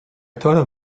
thought